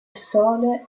sole